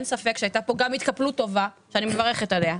אין ספק שהייתה פה גם התקפלות טובה שאני מברכת עליה,